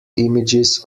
images